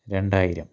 രണ്ടായിരം